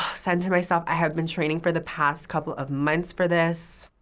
center myself. i have been training for the past couple of months for this.